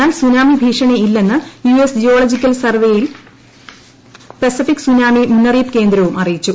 എന്നാൽ സുനാമി ഭീഷണി ഇല്ലെന്ന് യു എസ് ജിയോള്ജിക്കൽ സർവ്വേയും പസഫിക് സുനാമി മുന്നറിയിപ്പ് കേന്ദ്രവും അറിയിച്ചു